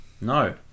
no